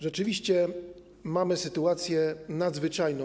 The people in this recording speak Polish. Rzeczywiście mamy sytuację nadzwyczajną.